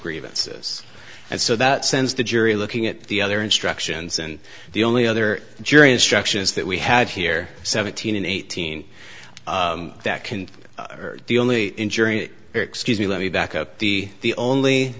grievances and so that sense the jury looking at the other instructions and the only other jury instructions that we had here seventeen and eighteen that can be only in jury excuse me let me back up the the only